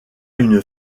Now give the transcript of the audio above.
une